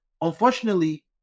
unfortunately